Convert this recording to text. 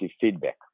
feedback